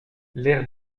l’ère